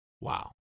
Wow